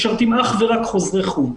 משרתים אך ורק חוזרי חו"ל.